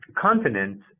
continents